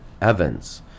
Evans